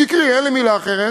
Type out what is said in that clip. שקרי, אין לי מילה אחרת,